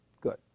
good